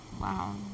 Wow